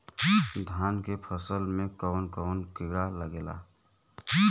धान के फसल मे कवन कवन कीड़ा लागेला?